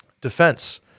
Defense